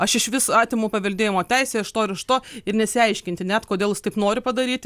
aš išvis atimu paveldėjimo teisę iš to ir iš to ir nesiaiškinti net kodėl jis taip nori padaryti